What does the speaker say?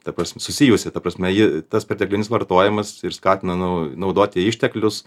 ta prasme susijusi ta prasme ji tas perteklinis vartojimas ir skatina nau naudoti išteklius